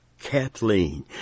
Kathleen